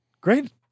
Great